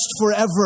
forever